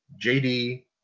JD